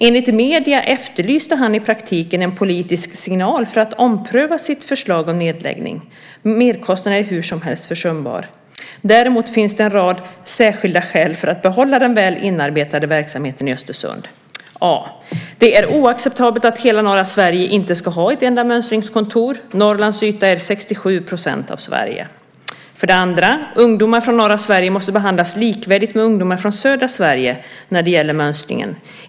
Enligt medierna efterlyste han i praktiken en politisk signal för att ompröva sitt förslag om nedläggning. Merkostnaden är hur som helst försumbar. Däremot finns det en rad särskilda skäl för att behålla den väl inarbetade verksamheten i Östersund: 1. Det är oacceptabelt att hela norra Sverige inte ska ha ett enda mönstringskontor. Norrlands yta utgör 67 % av Sveriges yta. 2. Ungdomar från norra Sverige måste behandlas likvärdigt med ungdomar från södra Sverige när det gäller mönstringen.